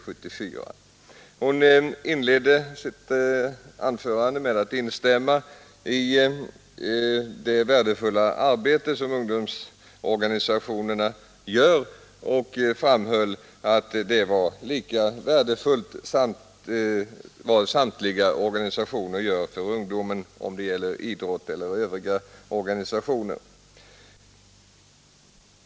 Statsrådet inledde sitt anförande med att instämma i talet om det värdefulla arbete som ungdomsorganisationerna bedriver och framhöll att allt arbete för ungdomen är lika värdefullt vare sig det utförs av idrottsorganisationerna eller andra organisationer.